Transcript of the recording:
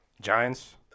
Giants